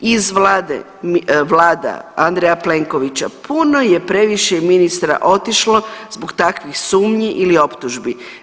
Iz vlade, vlada Andreja Plenkovića puno je previše ministra otišlo zbog takvih sumnji ili optužbi.